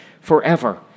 forever